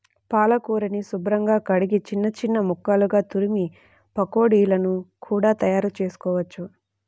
పాలకూరని శుభ్రంగా కడిగి చిన్న చిన్న ముక్కలుగా తురిమి పకోడీలను కూడా తయారుచేసుకోవచ్చు